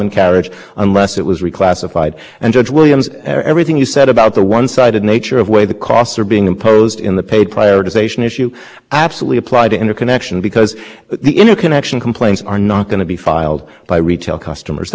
classify the sender side the edge provider side and only at the very end when google came in did that part of the order get switched and so if nothing else that part of the order should be vacated because there was any there wasn't anything like the kind of notice that would